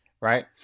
right